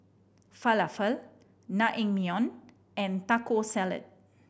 Falafel Naengmyeon and Taco Salad